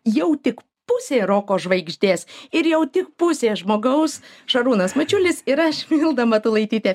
jau tik pusė roko žvaigždės ir jau tik pusė žmogaus šarūnas mačiulis ir aš milda matulaitytė